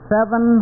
Seven